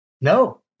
No